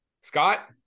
Scott